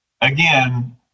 Again